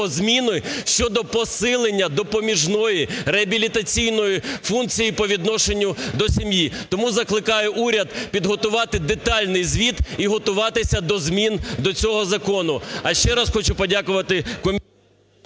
зміни щодо посилення допоміжної реабілітаційної функції по відношенню до сім'ї. Тому закликаю уряд підготувати детальний звіт і готуватися до змін до цього закону. А ще раз хочу подякувати комітету...